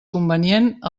convenient